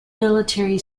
military